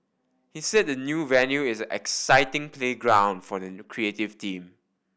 he said the new venue is an exciting playground for the creative team